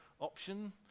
option